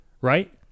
right